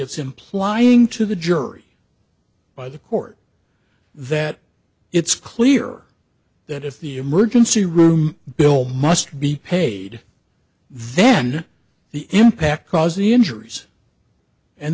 it's implying to the jury by the court that it's clear that if the emergency room bill must be paid then the impact caused the injuries and